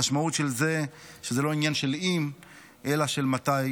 המשמעות של זה היא שזה לא עניין של אם אלא של מתי,